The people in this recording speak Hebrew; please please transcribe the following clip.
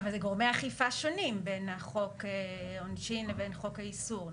אבל זה גורמי אכיפה שונים בין חוק העונשין לחוק האיסור,